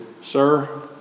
Sir